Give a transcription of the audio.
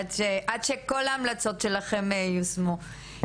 עד שכל ההמלצות שלכם יישומו.